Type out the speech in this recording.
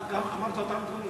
גם אמרת את אותם דברים.